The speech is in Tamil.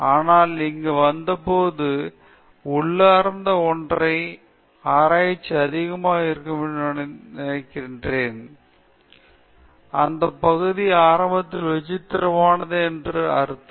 ஆனால் நான் இங்கு வந்தபோது உள்ளார்ந்த ஒன்றைப் பற்றி ஆராய்ச்சி அதிகமாக இருக்கும் என்று நான் நினைத்தேன் அந்த பகுதி ஆரம்பத்தில் விசித்திரமானது என்று அர்த்தம்